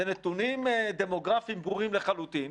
זה נתונים דמוגרפיים ברורים לחלוטין,